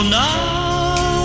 now